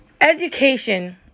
education